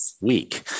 week